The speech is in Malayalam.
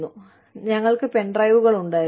പിന്നെ ഞങ്ങൾക്ക് പെൻഡ്രൈവുകൾ ഉണ്ടായിരുന്നു